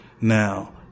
Now